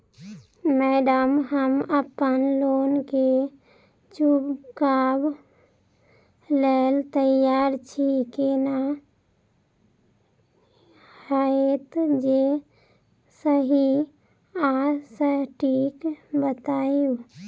Madam हम अप्पन loan केँ चुकाबऽ लैल तैयार छी केना हएत जे सही आ सटिक बताइब?